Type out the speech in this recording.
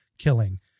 killing